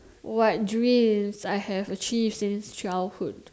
what dreams I have achieved since childhood